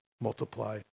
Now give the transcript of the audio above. multiply